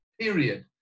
period